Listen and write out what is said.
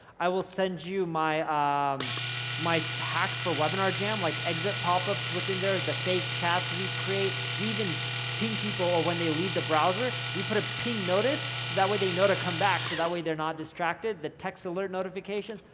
i will send you my ah um my hacks for webinarjam, like exit popups within there, the fake chats we create. we even ping people or when they leave the browser, we put a ping notice, so that way they know to come back so that way, they're not distracted, the text alert notifications.